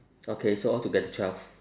okay so altogether twelve